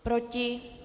Proti?